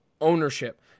ownership